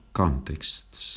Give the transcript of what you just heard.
contexts